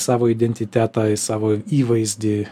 savo identitetą į savo įvaizdį